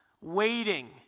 waiting